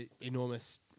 enormous